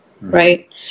right